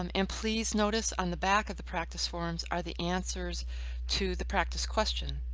um and please notice on the back of the practice forums are the answers to the practice questions.